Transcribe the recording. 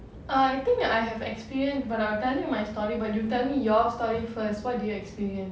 I think I have experience but I'll tell you my story but you tell me your story first what do you experience